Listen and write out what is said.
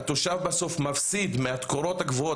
התושב בסוף מפסיד מהתקורות הגבוהות,